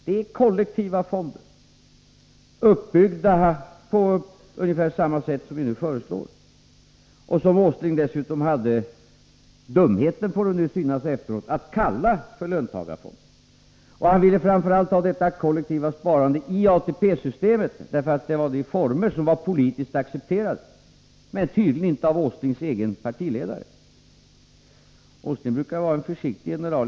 Det var kollektiva fonder uppbyggda på ungefär samma sätt som vi nu föreslår och som Nils Åsling dessutom hade dumheten — förefaller det väl nu efteråt — att kalla löntagarfonder. Och han ville ha detta kollektiva sparande inom ATP-systemet, därför att det var en form som var politiskt acceptabel — men tydligen inte betraktades som acceptabel av Nils Åslings egen partiledare. Nils Åsling brukar vara en försiktig general.